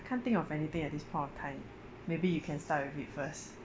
can't think of anything at this point of time maybe you can start with it first